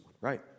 right